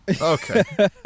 Okay